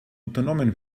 unternommen